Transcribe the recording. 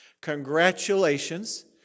Congratulations